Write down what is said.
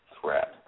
threat